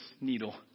needle